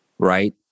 Right